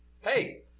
Hey